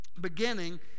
beginning